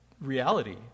reality